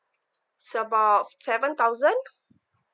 it's about seven thousand